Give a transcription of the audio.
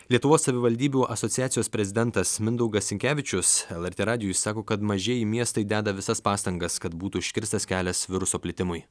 lietuvos savivaldybių asociacijos prezidentas mindaugas sinkevičius lrt radijui sako kad mažieji miestai deda visas pastangas kad būtų užkirstas kelias viruso plitimui